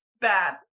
bad